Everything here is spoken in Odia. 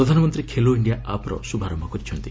ପ୍ରଧାନମନ୍ତ୍ରୀ 'ଖେଲୋ ଇଣ୍ଡିଆ' ଆପ୍ର ଶୁଭାରମ୍ଭ କରିଛନ୍ତି